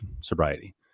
sobriety